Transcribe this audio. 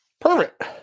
Perfect